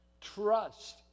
trust